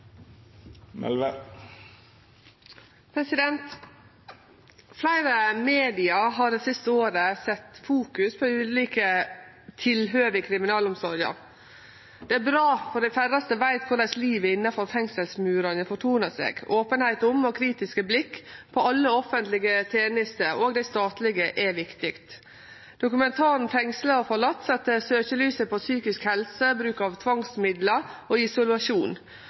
ned. Fleire medium har det siste året fokusert på ulike tilhøve i kriminalomsorga. Det er bra, for dei færraste veit korleis livet innanfor fengselsmurane fortonar seg. Openheit om og kritisk blikk på alle offentlege tenester, òg dei statlege, er viktig. Dokumentaren «Fengslet og forlatt» sette søkjelyset på psykisk helse og bruk av tvangsmiddel og isolasjon.